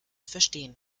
verstehen